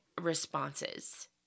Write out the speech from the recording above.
responses